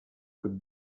could